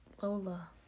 Lola